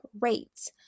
rates